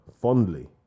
fondly